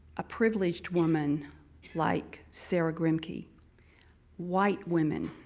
a priveleged woman like sarah grimke, white women,